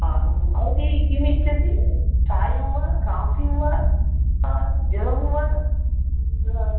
भवती किम् इच्छसि चायं वा काफ़िं वा जलं वा